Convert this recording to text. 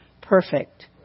perfect